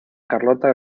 carlota